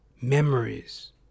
memories